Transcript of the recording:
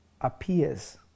appears